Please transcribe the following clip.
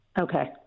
Okay